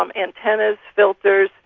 um antennas, filters,